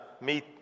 meet